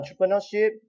entrepreneurship